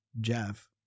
Jeff